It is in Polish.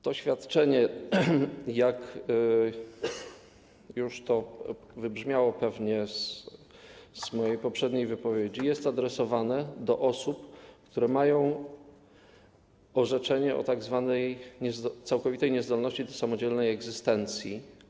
To świadczenie, jak już to pewnie wybrzmiało z mojej poprzedniej wypowiedzi, jest adresowane do osób, które mają orzeczenie o tzw. całkowitej niezdolności do samodzielnej egzystencji.